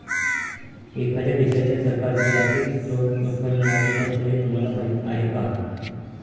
एखाद्या देशाच्या सरकारचे आर्थिक स्त्रोत, उत्पन्न आणि खर्च हे तुम्हाला माहीत आहे का